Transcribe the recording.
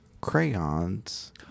crayons